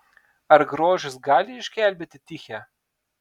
ar grožis gali išgelbėti tichę